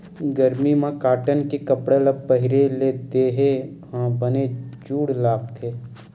गरमी म कॉटन के कपड़ा ल पहिरे ले देहे ह बने जूड़ लागथे